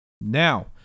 Now